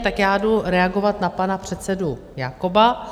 Tak já jdu reagovat na pana předsedu Jakoba.